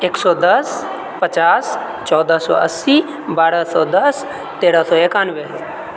एक सए दस पचास चौदह सए अस्सी बारह सए दस तेरह सए एकानबे